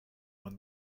when